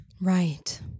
Right